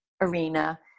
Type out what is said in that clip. arena